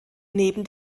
neben